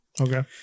Okay